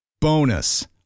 Bonus